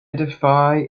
defy